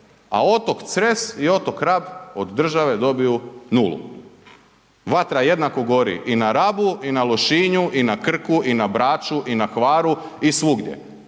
a otok Cres i otok Rab od države dobiju nulu. Vatra jednako gori i na Rabu i na Lošinju i na Krku i na Braču i na Hvaru i svugdje,